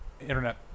internet